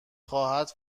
خواهد